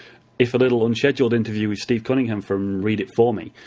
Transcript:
if a little unscheduled, interview with steve cunningham from read it for me.